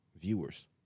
Viewers